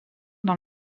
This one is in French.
dans